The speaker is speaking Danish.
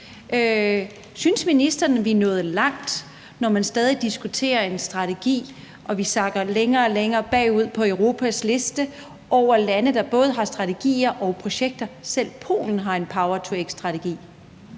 Synes ministeren, vi er nået langt, når man stadig diskuterer en strategi og vi sakker længere og længere bagud på Europas liste over lande, der både har strategier og projekter? Selv Polen har en power-to-x-strategi.